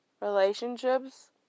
relationships